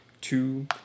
two